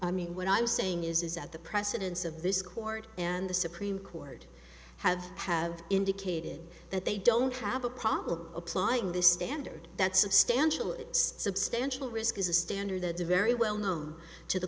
telling me what i'm saying is at the precedence of this court and the supreme court have have indicated that they don't have a problem applying the standard that substantial it substantial risk is a standard that very well known to the